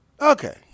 Okay